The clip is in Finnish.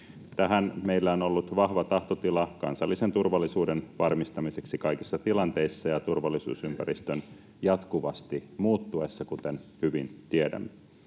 Tähän meillä on ollut vahva tahtotila kansallisen turvallisuuden varmistamiseksi kaikissa tilanteissa ja turvallisuusympäristön jatkuvasti muuttuessa, kuten hyvin tiedämme.